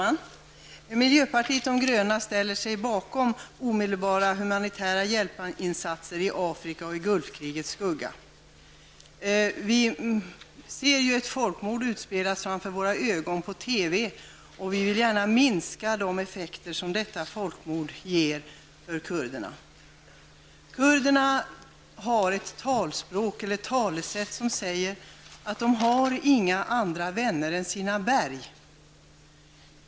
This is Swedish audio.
Fru talman! Miljöpartiet de gröna ställer sig bakom omedelbara humanitära hjälpinsatser i Afrika och i Vi kan i TV se folkmord utspelas framför våra ögon, och vi vill gärna minska de effekter som detta folkmord ger kurderna. Kurderna har ett talesätt som säger att de inte har några andra vänner än sina berg.